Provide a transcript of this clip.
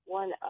one